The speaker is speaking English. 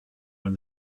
when